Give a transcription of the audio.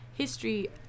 History